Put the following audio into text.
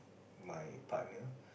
my partner